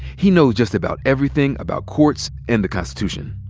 he knows just about everything about courts and the constitution.